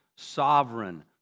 sovereign